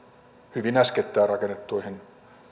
hyvin äskettäin rakennettuihin